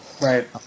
Right